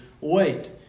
wait